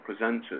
presenters